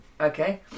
Okay